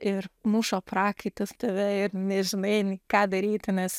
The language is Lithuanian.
ir muša prakaitas tave ir nežinai ką daryti nes